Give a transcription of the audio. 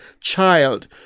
child